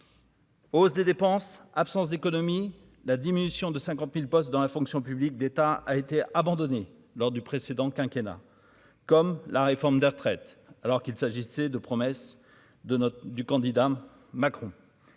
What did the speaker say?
Hausse des dépenses, absence d'économie, la diminution de 50000 postes dans la fonction publique d'État, a été abandonné lors du précédent quinquennat comme la réforme des retraites, alors qu'il s'agissait de promesses de notes du candidat Macron.